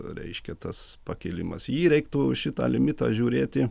reiškia tas pakilimas į jį reiktų šitą limitą žiūrėti